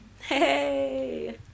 Hey